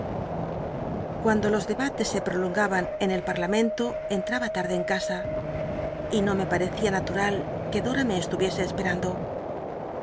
uando los debates se prolongaba n en el pal'lamen to entraba larde en casa y no me parecía natural que dora me esturicse esperando